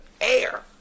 air